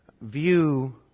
view